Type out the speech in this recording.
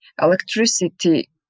electricity